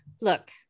look